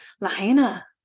Lahaina